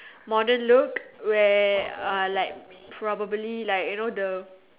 modern look where uh like probably like you know the